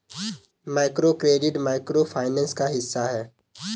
microcredit micro finance का हिस्सा है